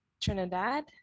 Trinidad